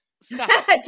stop